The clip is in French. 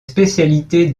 spécialités